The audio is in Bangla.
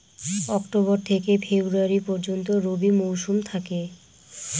অক্টোবর থেকে ফেব্রুয়ারি পর্যন্ত রবি মৌসুম থাকে